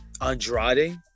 Andrade